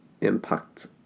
impact